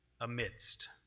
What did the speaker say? amidst